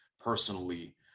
personally